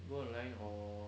go online or